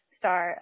star